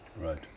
Right